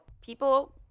people